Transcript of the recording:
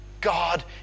God